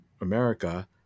america